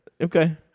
Okay